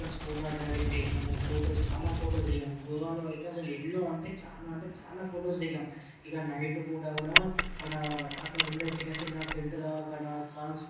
అక్కడ scuba driving చేసినము photos చాలా ఫొటోస్ దిగాము గోవాలో అయితే అసలు ఎన్నో అంటే చాలా అంటే చాలా ఫొటోస్ దిగాము ఇక నైటు పూట కూడా అక్కడ అక్కడ ఉండే చిన్న చిన్న టెంటులు కాడ సాంగ్స్ పెట్టుకొని